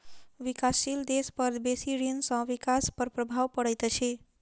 विकासशील देश पर बेसी ऋण सॅ विकास पर प्रभाव पड़ैत अछि